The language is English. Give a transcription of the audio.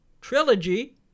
Trilogy